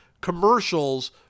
commercials